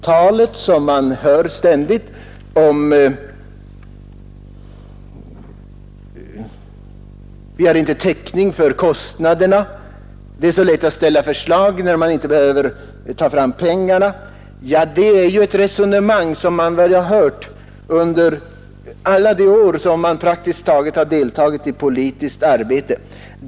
Talet om att vi inte har täckning för kostnaderna, att det är så lätt att ställa förslag när man inte behöver ta fram pengarna, det är någonting som man väl har hört under alla de år man deltagit i politiskt arbete.